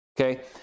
Okay